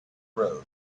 road